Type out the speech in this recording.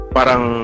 Parang